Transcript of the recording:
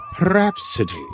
Rhapsody